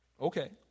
Okay